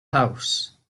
house